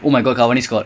it's just